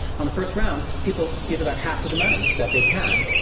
on the first round, people give about half of the money that they can.